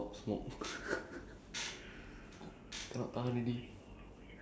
like the session is two hour twenty minute so it's left with nine minutes